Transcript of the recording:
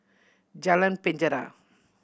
Jalan Penjara